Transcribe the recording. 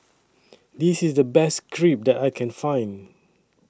This IS The Best Crepe that I Can Find